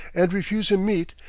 and refuse him meat,